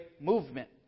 movement